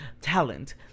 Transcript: talent